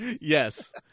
yes